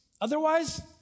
Otherwise